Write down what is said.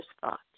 thought